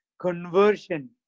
conversion